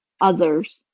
others